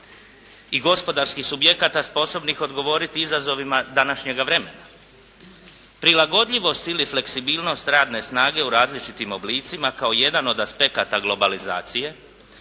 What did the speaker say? i gospodarskih subjekata posebnih odgovoriti izazovima današnjega vremena. Prilagodljivost ili fleksibilnost radne snage u različitim oblicima kao jedan od aspekata globalizacije,